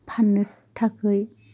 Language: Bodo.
फाननो थाखाय